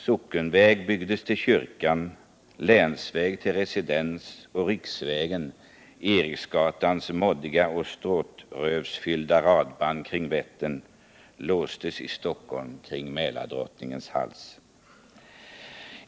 Sockenväg byggdes till kyrkan och länsväg till residenset. Riksvägen — Eriksgatans moddiga och stråtrövarfyllda radband kring Vättern — låstes i Stockholm kring Mälardrottningens hals.